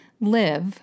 live